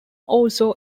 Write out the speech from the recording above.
also